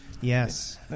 Yes